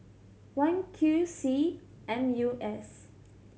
one Q C M U S